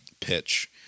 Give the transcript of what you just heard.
pitch